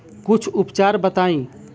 कुछ उपचार बताई?